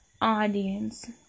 audience